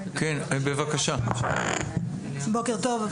בוקר טוב.